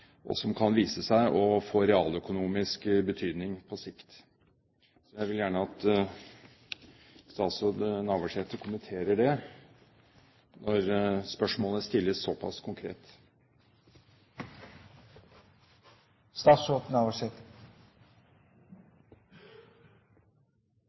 og som kan vise seg å få realøkonomisk betydning på sikt. Jeg vil gjerne at statsråd Navarsete kommenterer det når spørsmålet stilles såpass konkret.